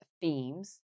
themes